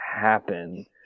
happen